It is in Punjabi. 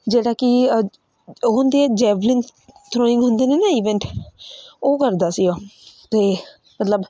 ਜਿਹੜਾ ਕਿ ਅ ਉਹ ਹੁੰਦੀ ਹੈ ਜੈਵਲਿਨ ਥਰੋਇੰਗ ਹੁੰਦੇ ਨੇ ਨਾ ਈਵੈਂਟ ਉਹ ਕਰਦਾ ਸੀਗਾ ਅਤੇ ਮਤਲਬ